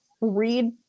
read